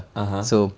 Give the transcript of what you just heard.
(uh huh)